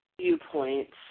viewpoints